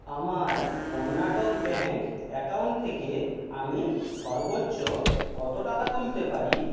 আমার Karnataka bank account থেকে আমি সর্বোচ্চ কত টাকা তুলতে পারি